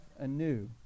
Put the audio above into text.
anew